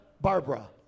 Barbara